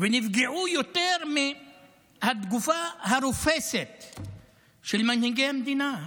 ונפגעו יותר מהתגובה הרופסת של מנהיגי המדינה,